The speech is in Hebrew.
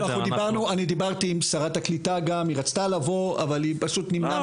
אם בעבר היינו מה שנקרא פותחים את שערינו ומאות אלפים היו מגיעים,